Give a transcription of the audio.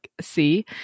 see